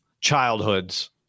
childhoods